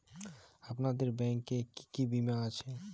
আপনাদের ব্যাংক এ কি কি বীমা আছে?